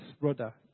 brother